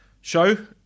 Show